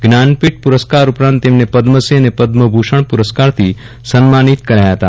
જ્ઞાનપીઠ પુરસ્કાર ઉપરાંત તે મને પદ્મશ્રી અને પદ્મ ભૂષણ પુરસ્કારથી સન્માનિત કરાયા હતા